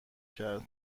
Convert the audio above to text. کرد